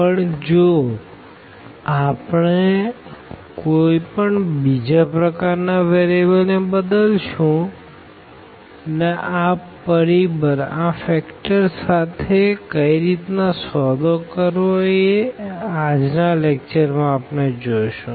પણ જો આપણે કોઈ પણ બીજા પ્રકાર ના વેરીએબલ્સ ને બદલશું ને આ પરિબળ સાથે કઈ રીતના સોદો કરવો એ આજના લેકચર માં આપણે જોશું